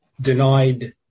denied